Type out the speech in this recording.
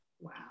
Wow